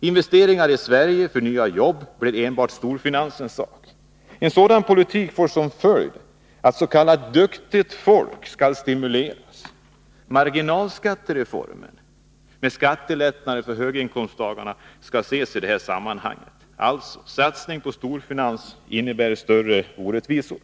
Investeringar i Sverige för nya jobb blir enbart storfinansens sak. En sådan politik får som följd att s.k. duktigt folk skall stimuleras. Marginalskattereformen, med skattelättnader för höginkomsttagarna, skall ses i detta sammanhang. En satsning på storfinansen innebär större orättvisor.